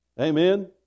Amen